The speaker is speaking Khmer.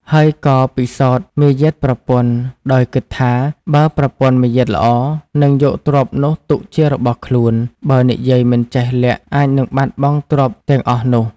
ហើយក៏ពិសោធន៏មាយាទប្រពន្ធ ដោយគិតថា “បើប្រពន្ធមាយាទល្អនឹងយកទ្រព្យនោះទុកជារបស់ខ្លួន បើនិយាយមិនចេះលាក់អាចនិងបាត់បង់ទ្រព្យទាំងអស់នោះ។